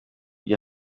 byo